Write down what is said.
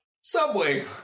Subway